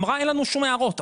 אמרה אין לנו שום הערות,